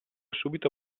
subito